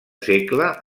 segle